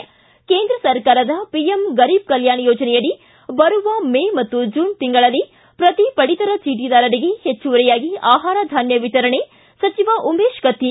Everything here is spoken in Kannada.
ಿಕ ಕೇಂದ್ರ ಸರ್ಕಾರದ ಪಿಎಂ ಗರೀಬ್ ಕಲ್ಯಾಣ ಯೋಜನೆಯಡಿ ಬರುವ ಮೇ ಮತ್ತು ಜೂನ್ ತಿಂಗಳಲ್ಲಿ ಪ್ರತಿ ಪಡಿತರ ಚೀಟಿದಾರರಿಗೆ ಹೆಚ್ಚುವರಿಯಾಗಿ ಆಹಾರ ಧಾನ್ಯ ವಿತರಣೆ ಸಚಿವ ಉಮೇಶ ಕತ್ತಿ